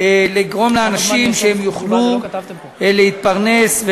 לגרום לאנשים שיוכלו להתפרנס,